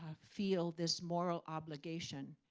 ah feel this moral obligation.